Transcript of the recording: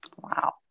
Wow